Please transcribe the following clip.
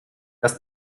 das